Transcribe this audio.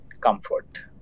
comfort